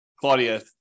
Claudia